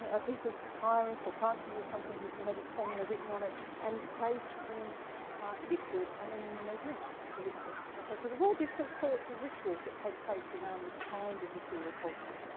and a piece of papyrus or parchment or something with the magic formula written on it and placed in liquid and then they drink the liquid. okay, so there's all different sorts of rituals that take place around this kind of material culture.